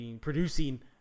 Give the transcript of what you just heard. producing